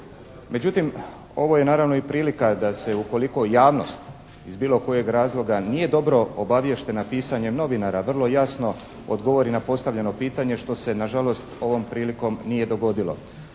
Međutim, ovo je naravno i prilika da se ukoliko javnost iz bilo kojeg razloga nije dobro obaviještena pisanjem novinara, vrlo jasno odgovori na postavljeno pitanje što se nažalost ovom prilikom nije dogodilo.